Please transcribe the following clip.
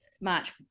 March